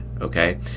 okay